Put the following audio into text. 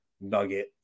nugget